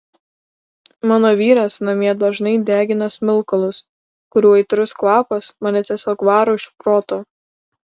mano vyras namie dažnai degina smilkalus kurių aitrus kvapas mane tiesiog varo iš proto